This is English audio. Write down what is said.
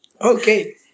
Okay